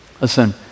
Listen